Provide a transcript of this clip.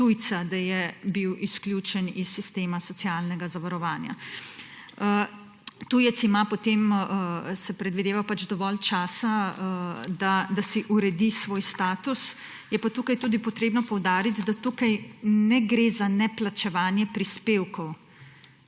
tujca, da je bil izključen iz sistema socialnega zavarovanja. Tujec ima potem, se predvideva, dovolj časa, da si uredi svoj status. Je pa tudi treba poudariti, da tukaj ne gre za neplačevanje prispevkov,